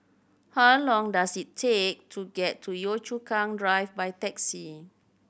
how long does it take to get to Yio Chu Kang Drive by taxi